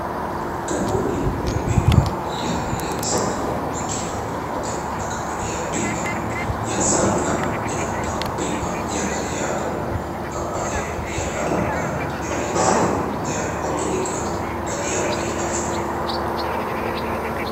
Kampuni ya bima ya LetsGo wakiwa pamoja na kampuni ya bima ya SunLamp inakupa bima ya gari yako, ambayo ni ya haraka, ni rahisi, na ya kuwaminika, na ni ya bei nafuu.